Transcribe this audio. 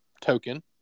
token